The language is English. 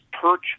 Perch